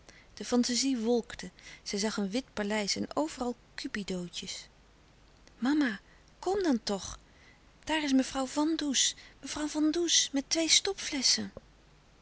de fantazie wolkte zij zag een wit paleis en overal cupidootjes mama kom dan tch daar is mevrouw vàn does mevrouw van does met twee